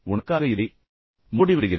உனக்காக இதை மூடிவிடுகிறேன்